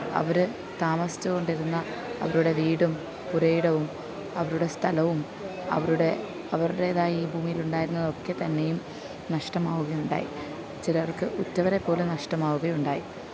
അവർ താമസിച്ചു കൊണ്ടിരുന്ന അവരുടെ വീടും പുരയിടവും അവരുടെ സ്ഥലവും അവരുടെ അവരുടേതായ ഈ ഭൂമിയിലുണ്ടായിരുന്നതൊക്കെ തന്നെയും നഷ്ടമാവുകയുണ്ടായി ചിലവര്ക്ക് ഉറ്റവരെ പോലും നഷ്ടമാവുക ഉണ്ടായി